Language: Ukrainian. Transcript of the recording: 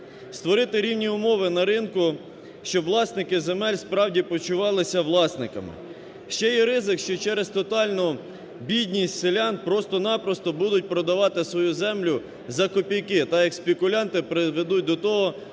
створити рівні умови на ринку, щоб власники земель, справді, почувалися власниками. Ще є ризик, що через тотальну бідність селян просто-на-просто будуть продавати свою землю за копійки так, як спекулянти приведуть до того,